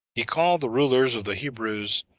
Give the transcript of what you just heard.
he called the rulers of the hebrews,